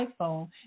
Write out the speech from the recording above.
iPhone